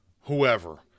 whoever